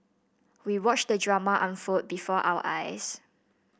we watched the drama unfold before our eyes